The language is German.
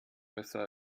besser